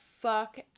fuck